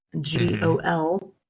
G-O-L